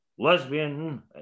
Lesbian